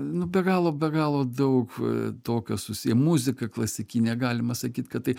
nu be galo be galo daug tokio susiję muzika klasikinė galima sakyt kad tai